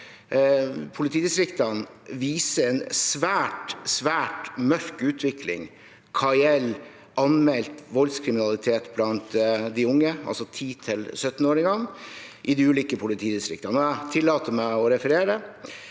politidistriktene viser en svært, svært mørk utvikling hva gjelder anmeldt voldskriminalitet blant de unge, altså 10–17-åringer, i de ulike politidistriktene. Jeg tillater meg å referere: